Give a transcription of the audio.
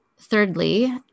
thirdly